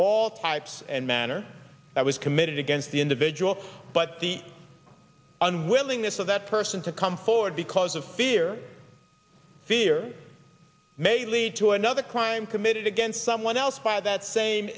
all types and manner i was committed against the individual but the unwillingness of that person to come forward because of fear fear may lead to another crime committed against someone else by that same